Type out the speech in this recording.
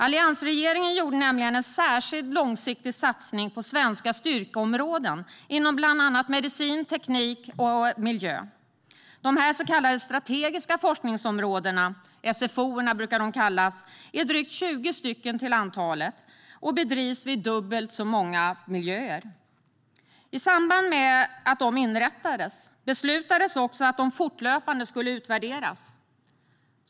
Alliansregeringen gjorde nämligen en särskild långsiktig satsning på svenska styrkeområden inom bland annat medicin, teknik och miljö. Dessa så kallade strategiska forskningsområden, SFO:er, är drygt tjugo stycken till antalet och bedrivs vid dubbelt så många miljöer. I samband med att de inrättades beslutades att de fortlöpande skulle utvärderas.